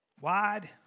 wide